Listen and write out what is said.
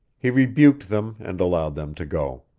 he rebuked them and allowed them to go.